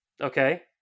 Okay